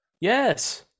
Yes